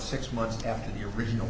six months after the original